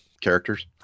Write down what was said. characters